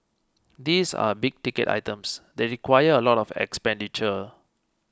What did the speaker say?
these are big ticket items they require a lot of expenditure